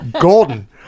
golden